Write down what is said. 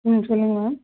ம் சொல்லுங்கள் மேம்